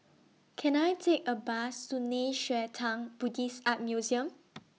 Can I Take A Bus to Nei Xue Tang Buddhist Art Museum